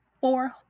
Four